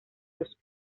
los